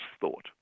thought